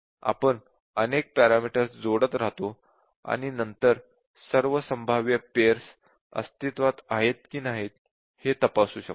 आपण अनेक पेअर जोडत राहतो आणि नंतर सर्व संभाव्य पेअर्स अस्तित्वात आहेत की नाही हे तपासू शकतो